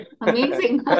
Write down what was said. amazing